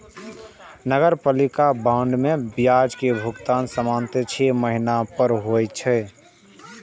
नगरपालिका बांड पर ब्याज के भुगतान सामान्यतः छह महीना पर होइ छै